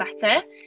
better